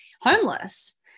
homeless